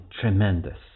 tremendous